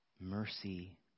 mercy